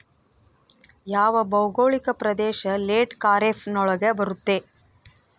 ಯಾವ ಭೌಗೋಳಿಕ ಪ್ರದೇಶ ಲೇಟ್ ಖಾರೇಫ್ ನೊಳಗ ಬರುತ್ತೆ?